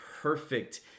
perfect